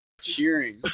cheering